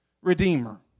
redeemer